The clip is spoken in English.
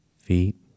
Feet